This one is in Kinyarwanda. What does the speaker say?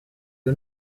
uyu